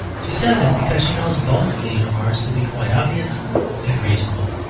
she says it because she knows both these remarks to be quite obvious and reasonable.